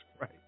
right